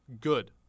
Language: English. Good